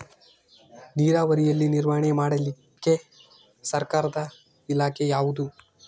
ನೇರಾವರಿಯಲ್ಲಿ ನಿರ್ವಹಣೆ ಮಾಡಲಿಕ್ಕೆ ಸರ್ಕಾರದ ಇಲಾಖೆ ಯಾವುದು?